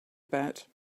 about